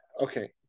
Okay